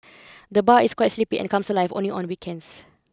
the bar is quite sleepy and comes alive only on weekends